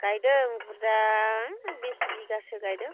गायदों बुरजा बिस बिगासो गायदों